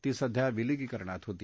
ती सध्या विलगीकरणात होती